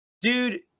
Dude